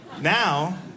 Now